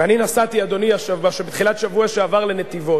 ואני נסעתי, אדוני, בתחילת השבוע שעבר לנתיבות,